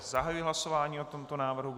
Zahajuji hlasování o tomto návrhu.